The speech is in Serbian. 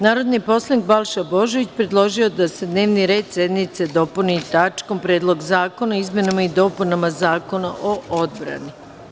Narodni poslanik Balša Božović predložio je da se dnevni red sednice dopuni tačkom – Predlog zakona o izmenama i dopunama Zakona o odbrani.